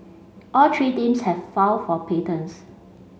all three teams have filed for patents